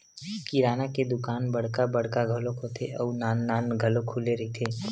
किराना के दुकान बड़का बड़का घलो होथे अउ नान नान घलो खुले रहिथे